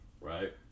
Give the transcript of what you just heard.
right